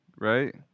right